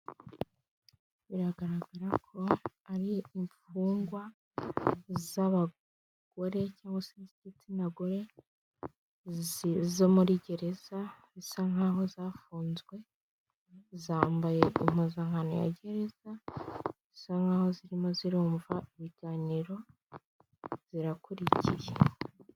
Biragaragara ko ari imfungwa z'abagore cyangwa se z'igitsina gore zo muri gereza bisa nk'aho zafunzwe zambaye impuzankano ya gereza, zisa nk'aho zirimo zirumva ibiganiro zirakurikiye.